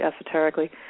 esoterically